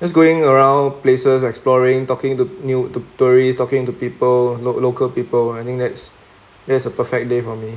just going around places exploring talking to new to tourists talking to people local people I think that's that's a perfect day for me